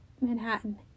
Manhattan